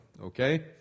Okay